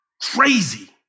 crazy